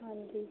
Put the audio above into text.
ਹਾਂਜੀ